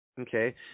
okay